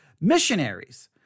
missionaries